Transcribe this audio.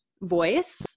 voice